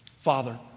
Father